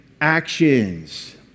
actions